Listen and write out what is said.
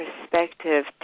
perspective